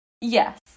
Yes